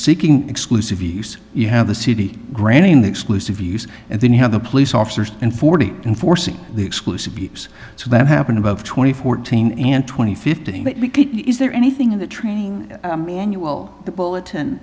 seeking exclusive use you have the city granting the exclusive use and then you have the police officers in forty and forcing the exclusive use so that happened about twenty fourteen and twenty fifty is there anything in the training manual that bulletin